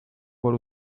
por